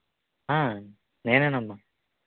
ఆ నేనేనమ్మా